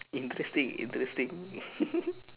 interesting interesting